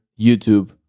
YouTube